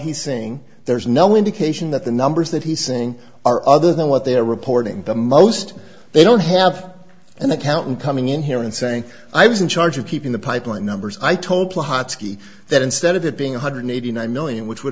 he's saying there's no indication that the numbers that he's saying are other than what they're reporting the most they don't have an accountant coming in here and saying i was in charge of keeping the pipeline numbers i told plot ski that instead of it being one hundred eighty nine million which would